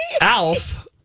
Alf